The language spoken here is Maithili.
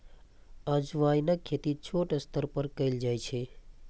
अजवाइनक खेती छोट स्तर पर कैल जाइ छै